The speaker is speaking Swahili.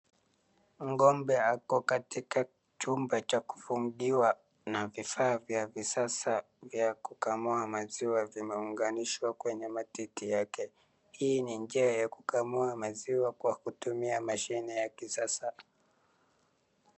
Ng'ombe ako katika chumba cha kufungiwa na vifaa vya isasa vya kukamua maziwa zimeunganishwa kwenye matiti yake. Hii ni njia ya kukamua maziwa kwa kutumia mashine ya kisasa.